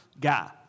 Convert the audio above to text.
guy